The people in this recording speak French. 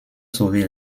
sauver